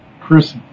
Chris